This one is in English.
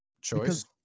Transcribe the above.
choice